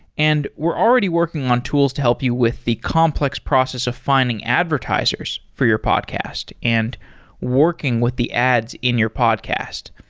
and we're already working on tools to help you with the complex process of finding advertisers for your podcast and working with the ads in your podcast.